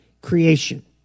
creation